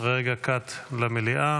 רגע קט למליאה.